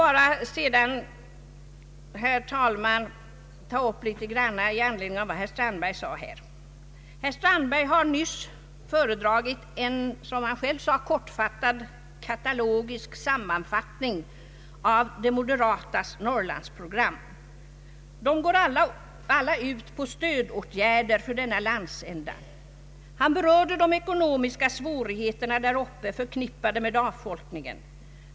Jag vill sedan endast anföra några synpunkter i anledning av vad herr Strandberg sade. Han har nyss föredragit en — som han själv Ang. regionalpolitiken sade — kortfattad katalogisk sammanfattning av de moderatas Norrlandsprogram. Alla deras krav går ut på stödåtgärder till denna landsända. Han berörde de ekonomiska svårigheterna däruppe, som är förknippade med avfolkningen.